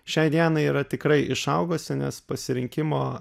šiai dienai yra tikrai išaugusi nes pasirinkimo